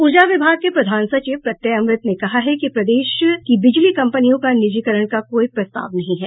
ऊर्जा विभाग के प्रधान सचिव प्रत्यय अमृत ने कहा है कि प्रदेश की बिजली कम्पनियों का निजीकरण का कोई प्रस्ताव नहीं है